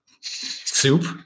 Soup